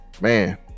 man